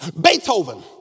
Beethoven